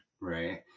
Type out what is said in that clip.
Right